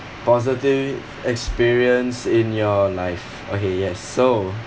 positive experience in your life okay yes so